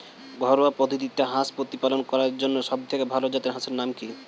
ঘরোয়া পদ্ধতিতে হাঁস প্রতিপালন করার জন্য সবথেকে ভাল জাতের হাঁসের নাম কি?